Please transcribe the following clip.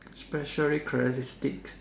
specially characteristic